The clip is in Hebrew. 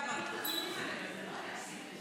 חבריי חברי הכנסת, סבאח אל-ח'יר.